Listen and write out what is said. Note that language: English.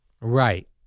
Right